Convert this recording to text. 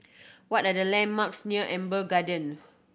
what are the landmarks near Amber Garden